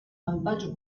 malvagio